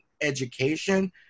education